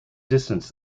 distance